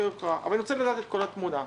יוקרה אבל אני רוצה לדעת את כל התמונה.